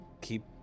keep